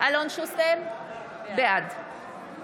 אלון שוסטר, בעד